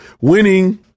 Winning